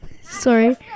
Sorry